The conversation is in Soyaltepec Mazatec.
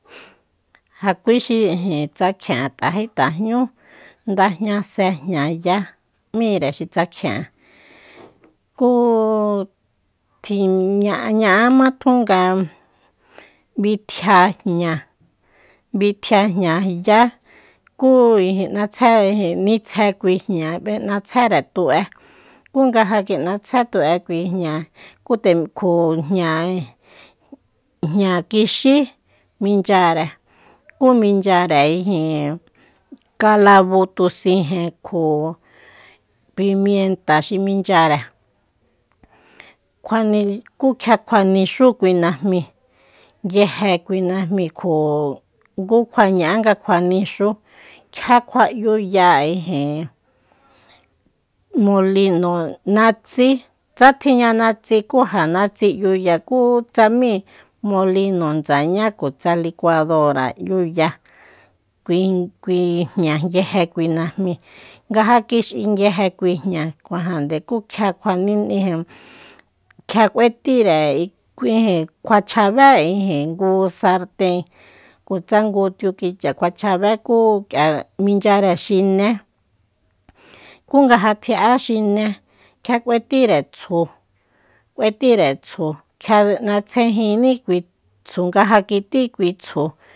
Ja kui xi ijin tsakjien'an t'ajé tajñú ndajña se jñayá m'íre xi tsakjien'an ku tjiña'ama tjun ga bitjia jña bitjia jñayá kú ijin nitsje ijin nitsje kui jña n'atsere tú'e ku nga ja kin'atsje tu'e kui jña ku te kjo jna jña kixí minchyare kú minchyare ijin kalabu tu sijen kjo pimiente xi minchyare kú kjia kjuanixú kui najmi nguije kui najmi kjo ngú kjuaña'á nga kjua nixú kjia kjua'yuya ijin molino natsí tsa tjinña natsi ja natsi 'yuya kútsamí molino ndsañá kutsa licuadora 'yuya kui- kui jña nguije najmi ngaja kix'i nguije kui jña kuajande ku kjia- kjia k'uetire kjua luachjabé ngu sarten kutsa ngu tiukicha kuachjabe ku k'ia minchyare xiné kunga ja tji'a xine kjia k'uetíre tsu- k'uetíre tsju kjia n'astjejíní kui tsju nga ja kití kui tsju